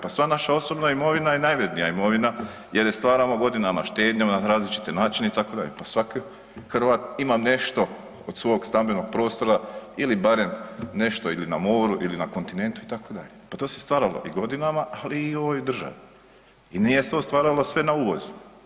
Pa sva naša osobna imovina je najvrednija imovina jer je stvaramo godinama, štednjom na različite načine itd., pa svaki Hrvat ima nešto od svog stambenog prostora ili barem nešto ili na moru ili na kontinentu itd., pa to se stvaralo i godinama ali i u ovoj državi i nije se stvaralo sve na uvozu.